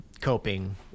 coping